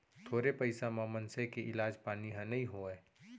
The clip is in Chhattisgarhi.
थोरे पइसा म मनसे के इलाज पानी ह नइ होवय